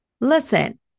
listen